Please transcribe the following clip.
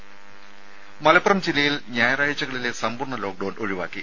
രേര മലപ്പുറം ജില്ലയിൽ ഞായറാഴ്ചകളിലെ സമ്പൂർണ്ണ ലോക്ഡൌൺ ഒഴിവാക്കി